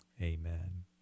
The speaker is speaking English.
Amen